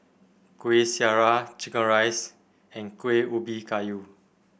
Kuih Syara Chicken Rice and Kueh Ubi Kayu